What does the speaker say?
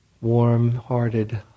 warm-hearted